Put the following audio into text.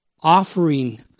offering